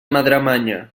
madremanya